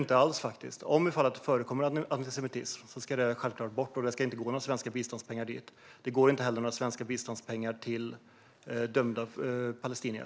Det gör den inte alls. Om det förekommer antisemitism ska det självklart bort. Det ska inte gå några svenska biståndspengar dit. Det går inte heller några biståndspengar till dömda palestinier.